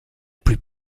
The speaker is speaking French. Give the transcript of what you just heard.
plus